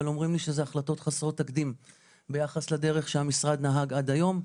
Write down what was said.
אבל אומרים לי שזה החלטות חסרות תקדים ביחס לדרך שהמשרד נהג עד היום.